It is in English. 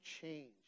change